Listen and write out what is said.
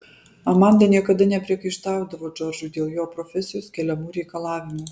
amanda niekada nepriekaištaudavo džordžui dėl jo profesijos keliamų reikalavimų